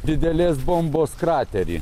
didelės bombos kraterį